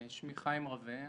שמי חיים רווה,